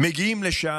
מגיעים לשם,